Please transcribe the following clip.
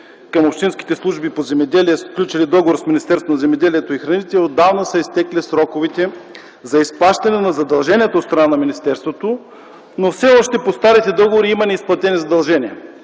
към общинските служби по земеделие, сключили договор с Министерството на земеделието и храните, отдавна са изтекли сроковете за изплащане на задълженията от страна на министерството, но все още по старите договори има неизплатени задължения.